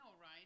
right